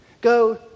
go